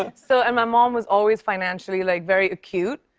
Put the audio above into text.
um so and my mom was always financially, like, very acute.